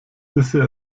bisher